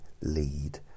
lead